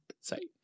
site